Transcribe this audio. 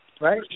Right